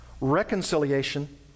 reconciliation